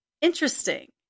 interesting